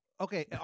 Okay